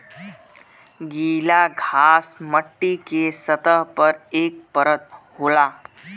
गीला घास मट्टी के सतह पर एक परत होला